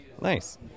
nice